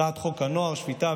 הצעת חוק הנוער (שפיטה,